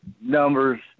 numbers